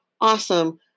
awesome